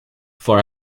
for